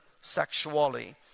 sexuality